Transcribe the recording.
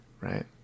right